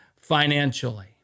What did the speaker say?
financially